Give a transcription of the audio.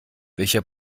welcher